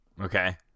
Okay